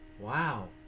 Wow